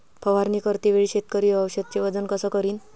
फवारणी करते वेळी शेतकरी औषधचे वजन कस करीन?